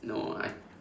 no I